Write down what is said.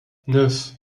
neuf